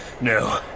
no